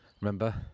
Remember